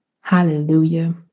Hallelujah